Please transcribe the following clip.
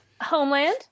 Homeland